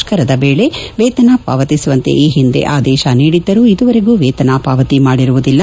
ಮುತ್ತರದ ವೇಳೆಯ ವೇತನ ಪಾವತಿಸುವಂತೆ ಈ ಹಿಂದೆ ಆದೇಶ ನೀಡಿದ್ದರೂ ಇದುವರೆಗೆ ವೇತನ ಪಾವತಿ ಮಾಡಿರುವುದಿಲ್ಲ